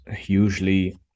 usually